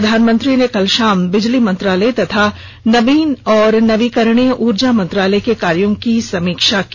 प्रधानमंत्री ने कल शाम बिजली मंत्रालय तथा नवीन और नवीकरणीय ऊर्जा मंत्रालय के कायोँ की समीक्षा की